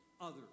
others